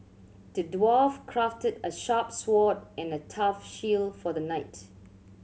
the dwarf crafted a sharp sword and a tough shield for the knight